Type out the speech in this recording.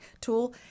tool